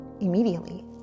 immediately